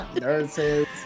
Nurses